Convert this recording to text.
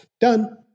done